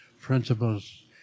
principles